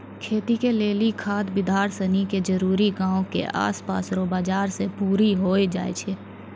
खेती के लेली खाद बिड़ार सनी के जरूरी गांव के आसपास रो बाजार से पूरी होइ जाय छै